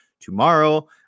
tomorrow